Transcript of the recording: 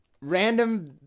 random